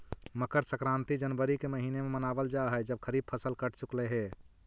मकर संक्रांति जनवरी के महीने में मनावल जा हई जब खरीफ फसल कट चुकलई हे